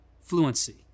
fluency